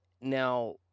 now